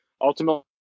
ultimately